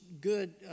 good